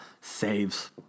saves